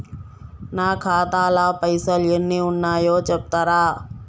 నా ఖాతా లా పైసల్ ఎన్ని ఉన్నాయో చెప్తరా?